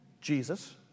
Jesus